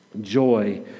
Joy